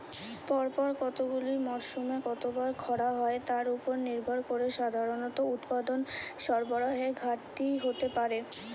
পরপর কতগুলি মরসুমে কতবার খরা হয় তার উপর নির্ভর করে সাধারণত উৎপাদন সরবরাহের ঘাটতি হতে পারে